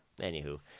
Anywho